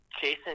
Jason